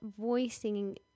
voicing